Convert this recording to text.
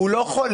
הוא לא חולה,